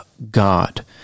God